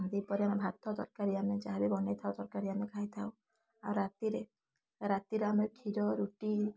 ଦ୍ୱିପହରେ ଆମେ ଭାତ ତରକାରୀ ଆମେ ଯାହାବି ବନେଇଥାଉ ତରକାରୀ ଆମେ ଖାଇଥାଉ ଆଉ ରାତିରେ ରାତିରେ ଆମେ କ୍ଷୀର ରୁଟି